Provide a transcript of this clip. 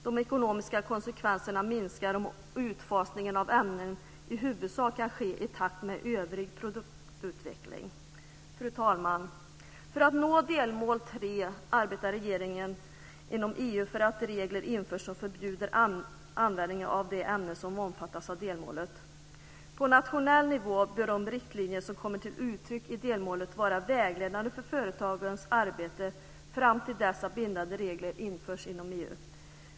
De ekonomiska konsekvenserna minskar om utfasningen av ämnena i huvudsak kan ske i takt med övrig produktutveckling. Fru talman! För att nå delmål 3 arbetar regeringen inom EU för att regler införs som förbjuder användningen av de ämnen som omfattas av delmålet. På nationell nivå bör de riktlinjer som kommer till uttryck i delmålet vara vägledande för företagens arbete fram till dess att bindande regler införs inom EU.